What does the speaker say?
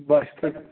باہ شیتھ